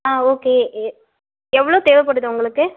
ஆ okay எவ்வளோ தேவைப்படுது உங்களுக்கு